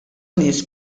nies